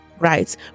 Right